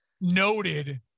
noted